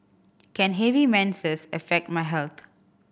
can heavy menses affect my health